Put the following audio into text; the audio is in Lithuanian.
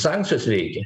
sankcijos veikia